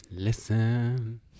Listen